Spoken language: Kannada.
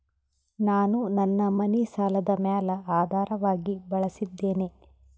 ನಾನು ನನ್ನ ಮನಿ ಸಾಲದ ಮ್ಯಾಲ ಆಧಾರವಾಗಿ ಬಳಸಿದ್ದೇನೆ